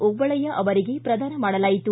ಓಬಳಯ್ಯ ಅವರಿಗೆ ಪ್ರದಾನ ಮಾಡಲಾಯಿತು